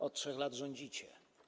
Od 3 lat rządzicie.